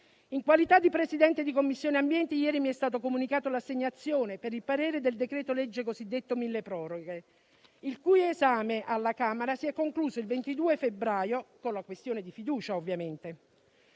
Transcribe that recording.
In qualità di Presidente della Commissione ambiente, ieri mi è stata comunicata l'assegnazione - per l'espressione del parere - del decreto-legge cosiddetto milleproroghe, il cui esame alla Camera si è concluso il 22 febbraio, con la questione di fiducia ovviamente.